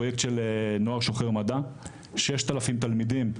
פרויקט של נוער שוחר מדע - 6000 תלמידים,